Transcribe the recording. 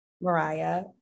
Mariah